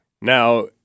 Now